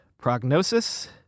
Prognosis